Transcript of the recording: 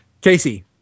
casey